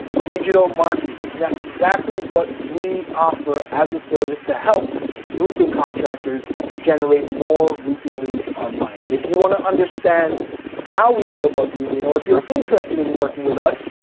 digital marketing. and that's exactly what we offer as a service to help roofing contractors generate more roofing leads online. and if you wanna understand how we go about doing it, or if you're interested in working with us,